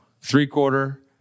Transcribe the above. three-quarter